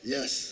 Yes